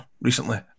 recently